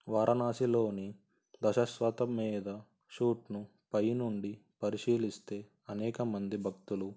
వారాణాసిలోని దశస్వతం మీద షూట్ను పైనుండి పరిశీలిస్తే అనేక మంది భక్తులు